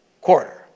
quarter